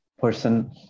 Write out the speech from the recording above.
person